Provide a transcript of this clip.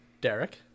derek